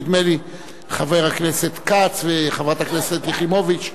נדמה לי חבר הכנסת כץ וחברת הכנסת יחימוביץ,